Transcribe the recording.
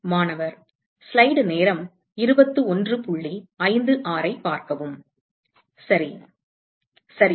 மாணவர் சரி சரி